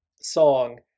song